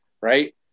right